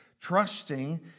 trusting